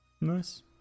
nice